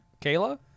Kayla